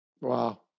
Wow